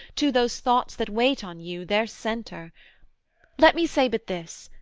to those thoughts that wait on you, their centre let me say but this,